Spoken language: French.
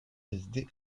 résidé